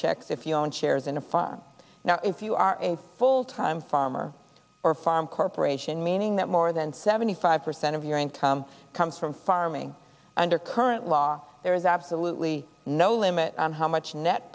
checks if you own shares in a fine now if you are a full time farmer or farm corporation meaning that more than seventy five percent of your income comes from farming under current law there is absolutely no limit on how much net